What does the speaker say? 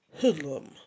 Hoodlum